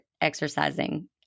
exercising